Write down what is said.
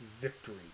victory